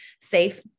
safe